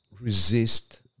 resist